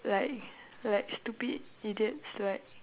like like stupid idiots like